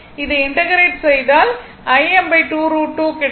அதை இன்டெக்ரேட் செய்தால்கிடைக்கும்